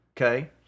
okay